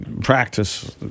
practice